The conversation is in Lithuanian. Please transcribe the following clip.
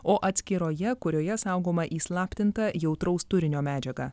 o atskiroje kurioje saugoma įslaptinta jautraus turinio medžiaga